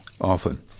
often